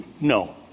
No